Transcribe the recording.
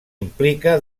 implica